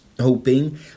hoping